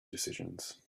decisions